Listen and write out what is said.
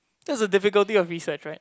that's a difficulty of research right